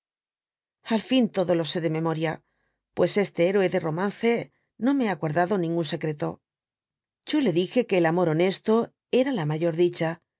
al ña todo lo sé de mevioria puea este béroe de romance no me ha guardado ningún secrew yo le dije que el amor boneato era la mayor dicha